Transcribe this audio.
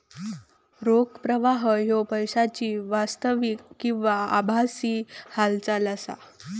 रोख प्रवाह ह्यो पैशाची वास्तविक किंवा आभासी हालचाल असा